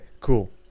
cool